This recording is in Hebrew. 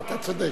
כן, אתה צודק.